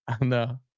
No